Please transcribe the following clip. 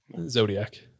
Zodiac